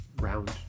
round